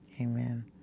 amen